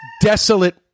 desolate